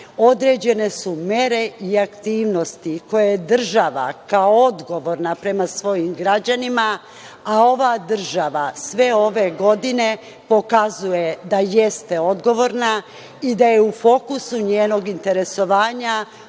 određene su mere i aktivnosti koje je država kao odgovorna prema svojim građanima, a ova država sve ove godine pokazuje da jeste odgovorna i da je u fokusu njenog interesovanja